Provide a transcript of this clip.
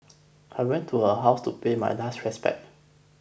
I went to her house to pay my last respects